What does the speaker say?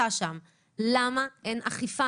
למה אין אכיפה?